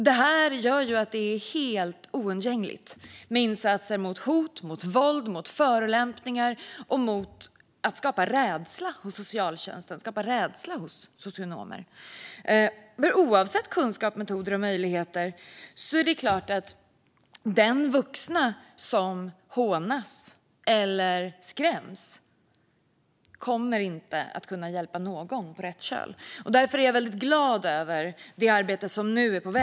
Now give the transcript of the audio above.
Det gör det helt oundgängligt med insatser mot hot, mot våld, mot förolämpningar och mot sätt att skapa rädsla hos socialtjänsten och socionomer. Oavsett kunskap, metoder och möjligheter är det klart att den vuxna som hånas eller skräms inte kommer att kunna hjälpa någon att komma på rätt köl. Därför är jag glad över det arbete som nu är på väg.